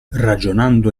ragionando